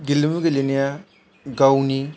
गेलेमु गेलेनाया गावनि